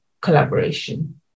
collaboration